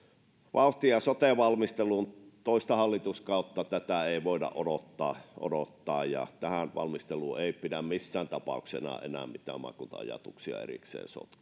vauhtia sote valmisteluun toista hallituskautta tätä ei voida odottaa odottaa ja tähän valmisteluun ei pidä missään tapauksessa enää mitään maakunta ajatuksia erikseen sotkea että